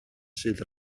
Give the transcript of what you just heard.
sydd